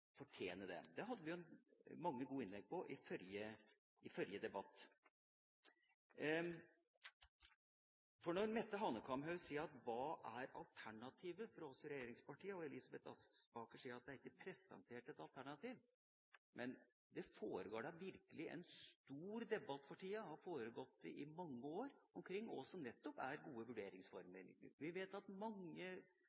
det. Det hadde vi veldig mange gode innlegg om i forrige debatt. Mette Hanekamhaug spør hva alternativet er for oss i regjeringspartiene, og Elisabeth Aspaker sier at det ikke er presentert et alternativ. Men det foregår da virkelig en stor debatt for tida – og det har foregått i mange år – omkring hva som nettopp er gode